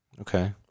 Okay